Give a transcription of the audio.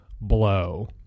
blow